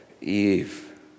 Eve